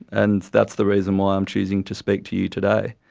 and that's the reason why i'm choosing to speak to you today,